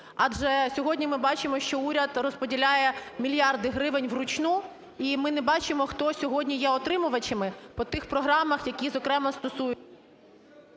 Адже сьогодні ми бачимо, що уряд розподіляє мільярди гривень вручну і ми не бачимо, хто сьогодні є отримувачами по тих програмах, які зокрема стосуються…